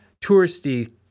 touristy